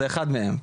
זה אחד מהם.